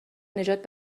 نجات